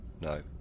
no